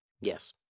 Yes